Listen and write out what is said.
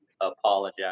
apologize